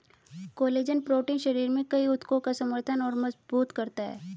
collagen protein शरीर में कई ऊतकों का समर्थन और मजबूत करता है